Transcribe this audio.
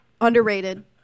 Underrated